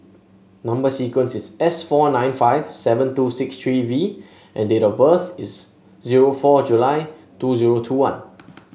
number sequence is S four nine five seven two six three V and date of birth is zero four July two zero two one